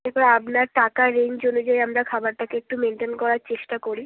এরপরে আপনার টাকার রেঞ্জ অনুযায়ী আমরা খাবারটাকে একটু মেনটেন করার চেষ্টা করি